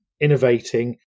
innovating